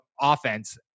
offense